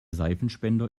seifenspender